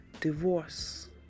divorce